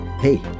Hey